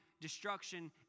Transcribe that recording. destruction